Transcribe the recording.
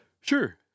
Sure